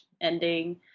ending